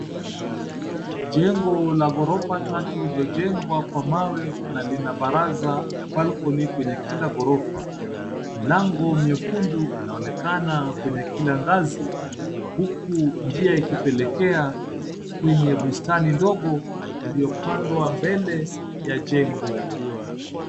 Jengo la ghorofa tatu lililojengwa kwa mawe na Lina baraza bulcony (cs)kwenye Kila ghorofa ,milango nyekundu inaonekana kwenye Kila ngazi ,huku njia ikipelekea kwenye bustani ndogo iliyapandwa mbele ya jengo